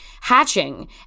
Hatching